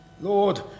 Lord